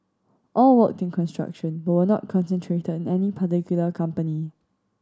all worked in construction but were not concentrated in any particular company